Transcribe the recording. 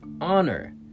honor